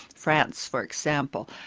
france for example.